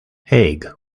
haig